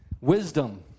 Wisdom